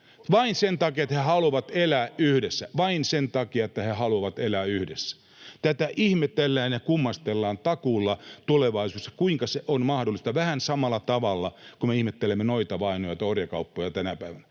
vain sen takia, että he haluavat elää yhdessä. Tätä ihmetellään ja kummastellaan takuulla tulevaisuudessa, kuinka se on mahdollista, vähän samalla tavalla kuin me ihmettelemme noitavainoja tai orjakauppoja tänä päivänä.